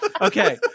okay